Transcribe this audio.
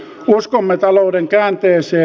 uskomme talouden käänteeseen